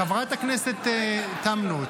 חברת הכנסת תמנו,